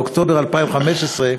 באוקטובר 2015,